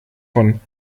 von